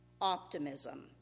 optimism